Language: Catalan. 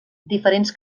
diferents